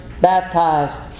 baptized